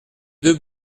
deux